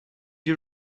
you